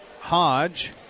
Hodge